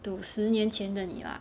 to 十年前的你 lah